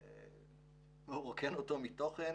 ורוקן אותו מתוכן.